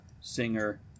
singer